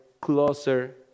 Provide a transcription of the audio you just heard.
closer